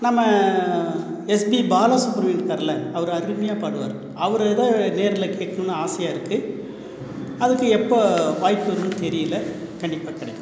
நம்ம எஸ்பி பாலசுப்ரமணியம் இருக்காருல அவர் அருமையாக பாடுவார் அவரை தான் நேரில் கேட்கணுன்னு ஆசையாயிருக்கு அதுக்கு எப்போ வாய்ப்பு இருக்குதுனு தெரியலை கண்டிப்பாக கிடைக்கும்